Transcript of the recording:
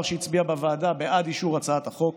שהצביע בוועדה בעד אישור הצעת החוק,